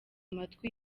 amatwi